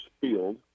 field